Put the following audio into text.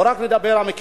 לא נדבר רק על כישלונות,